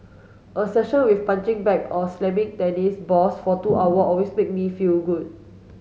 a session with punching bag or slamming tennis balls for two hour always make me feel good